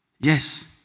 Yes